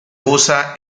usa